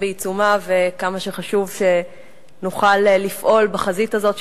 בעיצומה וכמה שחשוב שנוכל לפעול בחזית הזאת,